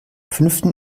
fünften